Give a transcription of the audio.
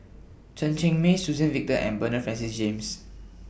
Chen Cheng Mei Suzann Victor and Bernard Francis James